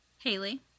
Haley